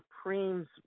Supremes